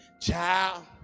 Child